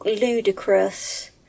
ludicrous